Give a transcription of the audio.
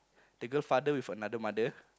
the girl father with another mother